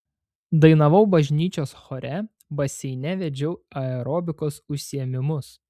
dainavau bažnyčios chore baseine vedžiau aerobikos užsiėmimus